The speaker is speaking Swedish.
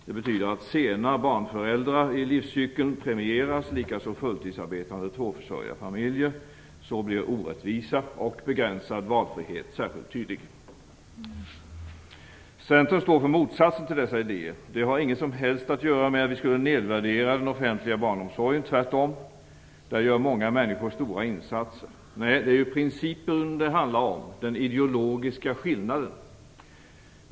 Det betyder att föräldrar som skaffar sig barn sent i livscykeln premieras, likaså fulltidsarbetande tvåförsörjarfamiljer. Så blir orättvisa och begränsad valfrihet särskilt tydlig. Centern står för motsatsen till dessa idéer. Det har inget som helst att göra med om vi skulle nedvärdera den offentliga barnomsorgen. Tvärtom! Där gör många människor stora insatser. Nej, det handlar om principen, den ideologiska skillnaden.